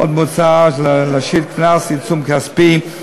עוד מוצע להשית קנס, עיצום כספי,